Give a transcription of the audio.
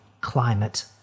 climate